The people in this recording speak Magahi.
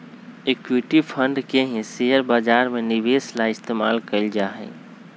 इक्विटी फंड के ही शेयर बाजार में निवेश ला इस्तेमाल कइल जाहई